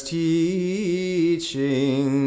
teaching